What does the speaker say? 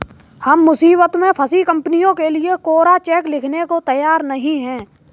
हम मुसीबत में फंसी कंपनियों के लिए कोरा चेक लिखने को तैयार नहीं हैं